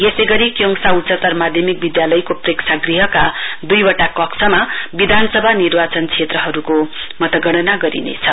यसै गरी क्योङसा उच्चतर माध्यमिक विधालयको प्रेक्षागृहका दुइवटा कक्षा विधानसभा निर्वाचन क्षेत्रहरुको मतगणना गरिनेछ